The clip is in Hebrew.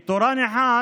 כי תורן אחד